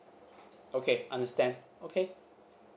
okay I understand okay